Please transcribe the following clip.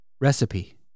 recipe